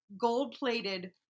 gold-plated